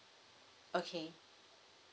okay